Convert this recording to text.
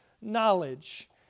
knowledge